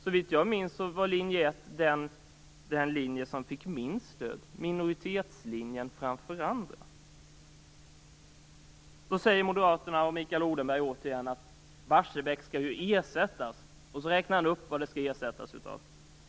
Såvitt jag minns var linje 1 den linje som fick minst stöd - minoritetslinjen framför andra. Så säger moderaterna och Mikael Odenberg återigen att Barsebäck skall ersättas, och sedan räknar han upp vad det skall ersättas med.